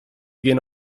gehen